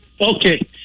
Okay